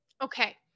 Okay